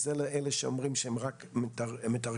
זה לאלה שאומרים שהם רק מתארגנים.